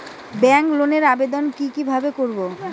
Bank লোনের আবেদন কি কিভাবে করব?